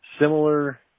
similar